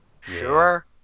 Sure